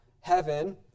heaven